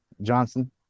Johnson